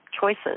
choices